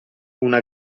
una